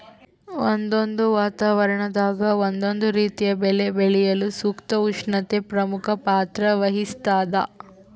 ಒಂದೊಂದು ವಾತಾವರಣದಾಗ ಒಂದೊಂದು ರೀತಿಯ ಬೆಳೆ ಬೆಳೆಯಲು ಸೂಕ್ತ ಉಷ್ಣತೆ ಪ್ರಮುಖ ಪಾತ್ರ ವಹಿಸ್ತಾದ